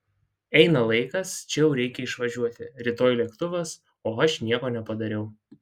eina laikas čia jau reikia išvažiuoti rytoj lėktuvas o aš nieko nepadariau